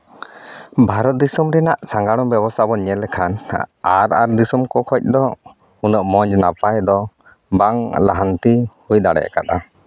ᱵᱷᱟᱨᱚᱛ ᱫᱤᱥᱚᱢ ᱨᱮᱱᱟᱜ ᱥᱟᱜᱟᱲᱚᱢ ᱵᱮᱵᱚᱥᱛᱷᱟ ᱵᱚᱱ ᱧᱮᱞ ᱞᱮᱠᱷᱟᱱ ᱦᱟᱸᱜ ᱟᱨ ᱟᱨ ᱫᱤᱥᱚᱢ ᱠᱚ ᱠᱷᱚᱱ ᱫᱚ ᱩᱱᱟᱹᱜ ᱢᱚᱡᱽ ᱱᱟᱯᱟᱭ ᱫᱚ ᱵᱟᱝ ᱞᱟᱦᱟᱱᱛᱤ ᱦᱩᱭ ᱫᱟᱲᱮᱭᱟᱠᱟᱫᱟ